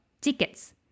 tickets